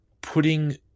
putting